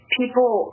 people